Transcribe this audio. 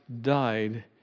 died